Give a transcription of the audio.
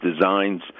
designs